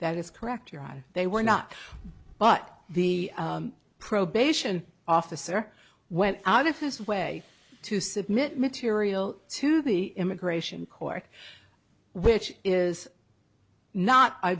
that is correct your honor they were not but the probation officer went out of his way to submit material to the immigration court which is not i